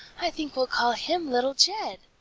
i think we'll call him little jed.